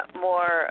more